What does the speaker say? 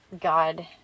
God